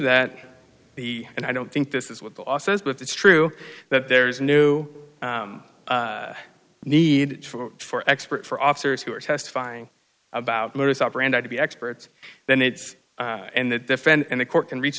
that the and i don't think this is what the law says but it's true that there's a new need for expert for officers who are testifying about modus operandi to be experts then it's and the defense and the court can reach